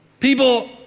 People